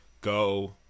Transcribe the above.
go